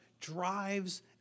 drives